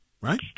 right